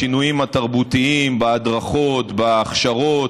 בשינויים התרבותיים, בהדרכות, בהכשרות,